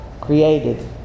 created